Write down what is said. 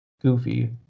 goofy